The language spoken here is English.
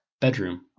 Bedroom